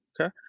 okay